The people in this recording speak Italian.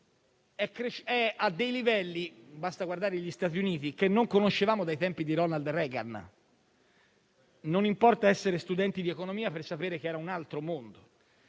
l'inflazione - basta guardare gli Stati Uniti - è a livelli che non conoscevamo dai tempi di Ronald Reagan. Non importa essere studenti di economia per sapere che era un altro mondo.